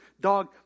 dog